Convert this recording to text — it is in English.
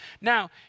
Now